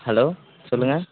hello சொல்லுங்கள்